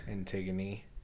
Antigone